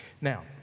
Now